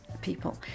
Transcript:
people